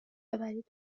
ببرید